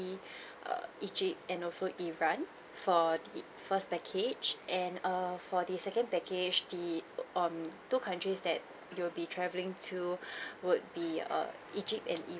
err egypt and also iran for the first package and uh for the second package the um to countries that you will be travelling to would be err egypt and iran